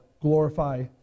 glorify